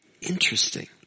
Interesting